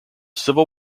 civil